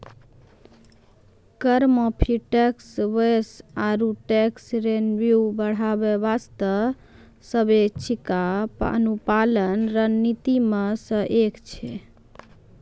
कर माफी, tax base आरो टैक्स रेवेन्यू बढ़ाय बासतें स्वैछिका अनुपालन रणनीति मे सं एक छै